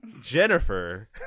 Jennifer